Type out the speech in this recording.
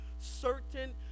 certain